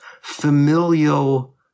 familial